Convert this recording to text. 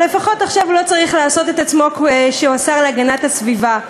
אבל לפחות עכשיו הוא לא צריך לעשות את עצמו שהוא השר להגנת הסביבה,